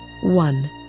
one